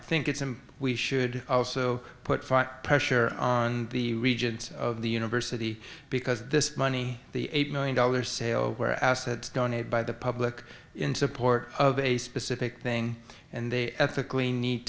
think it's and we should also put fight pressure on the regents of the university because this money the eight million dollars sale where assets donated by the public in support of a specific thing and they ethically need